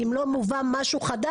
אם לא מובא משהו חדש?